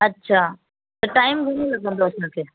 अच्छा त टाईम घणो लॻंंदसि हुनखे